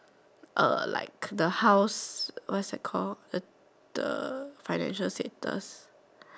uh like the house what is that called the financial status